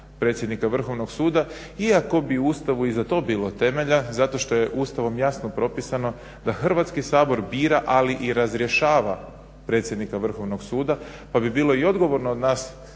predsjednika Vrhovnog suda iako bi u Ustavu i za to bilo temelja zato što je Ustavom jasno propisano da Hrvatski sabor bira ali i razrješava predsjednika Vrhovnog suda, pa bi bilo i odgovorno od nas da